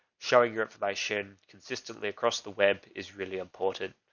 showing your information consistently across the web is really important.